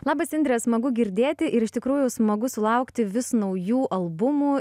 labas indre smagu girdėti ir iš tikrųjų smagu sulaukti vis naujų albumų